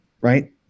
right